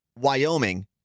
Wyoming